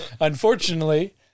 Unfortunately